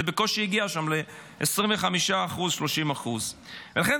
זה בקושי הגיע שם ל-25% 30%. ולכן